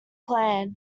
plan